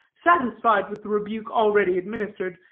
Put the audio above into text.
satisfied with the rebuke already administered,